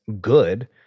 good